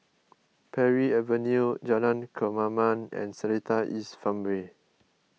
Parry Avenue Jalan Kemaman and Seletar East Farmway